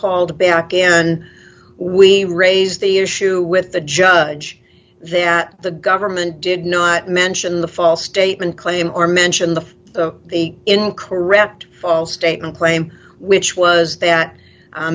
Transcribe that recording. called back and we raised the issue with the judge that the government did not mention the false statement claim or mention the the in correct false statement claim which was that